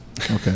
Okay